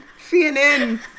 CNN